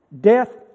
death